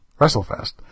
WrestleFest